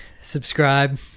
subscribe